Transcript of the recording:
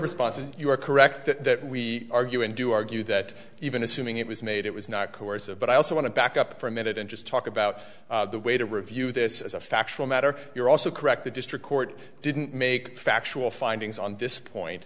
responses you are correct that we argue and do argue that even assuming it was made it was not coercive but i also want to back up for a minute and just talk about the way to review this as a factual matter you're also correct the district court didn't make factual findings on this point